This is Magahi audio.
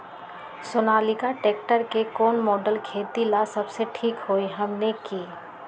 सोनालिका ट्रेक्टर के कौन मॉडल खेती ला सबसे ठीक होई हमने की?